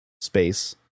space